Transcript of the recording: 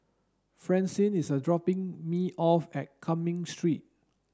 francine is dropping me off at Cumming Street